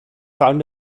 found